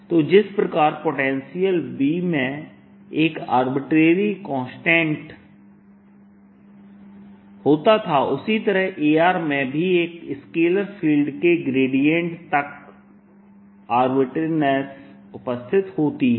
तो जिस प्रकार पोटेंशियल V में एक आर्बिट्रेरी कान्स्टन्ट समय देखें 0455 होता था उसी प्रकार A में भी एक स्केलर फील्ड के ग्रेडिएंट तक आर्बट्रेरीनस उपस्थित होती है